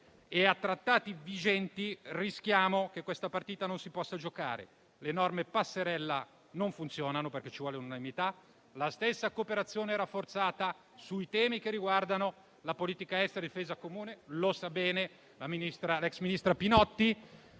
e a trattati vigenti rischiamo che questa partita non si possa giocare. L'enorme passerella non funziona, perché ci vuole unanimità; quanto alla stessa cooperazione rafforzata, i temi che riguardano la politica estera e difesa comune, come sa bene l'ex ministra Pinotti,